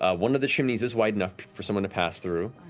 ah one of the chimneys is wide enough for someone to pass through.